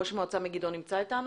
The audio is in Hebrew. ראש מועצת מגידו, נמצא איתנו?